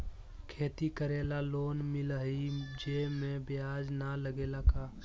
खेती करे ला लोन मिलहई जे में ब्याज न लगेला का?